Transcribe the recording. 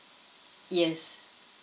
yes